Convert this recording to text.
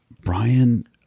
brian